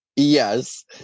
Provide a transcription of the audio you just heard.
Yes